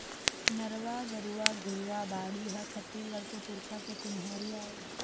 नरूवा, गरूवा, घुरूवा, बाड़ी ह छत्तीसगढ़ के पुरखा के चिन्हारी आय